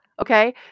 Okay